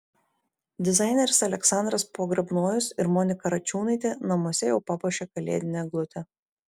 dizaineris aleksandras pogrebnojus ir monika račiūnaitė namuose jau papuošė kalėdinę eglutę